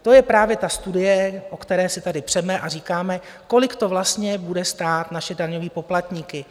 To je právě ta studie, o které si tady přeme a říkáme, kolik to vlastně bude stát naše daňové poplatníky.